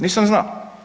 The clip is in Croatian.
Nisam znao.